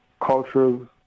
cultures